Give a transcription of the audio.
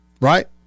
right